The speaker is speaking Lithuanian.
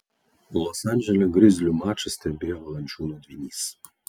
los andžele grizlių mačą stebėjo valančiūno dvynys